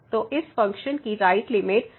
तो इस फ़ंक्शन की राइट लिमिट Δ x→0 है